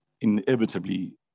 inevitably